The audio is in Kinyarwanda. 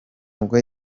ubwo